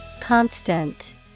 Constant